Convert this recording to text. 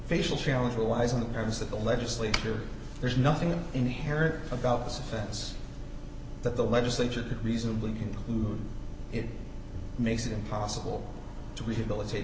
facial challenge relies on the premise that the legislature there's nothing inherent about this offense that the legislature could reasonably conclude it makes it impossible to rehabilitate